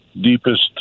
deepest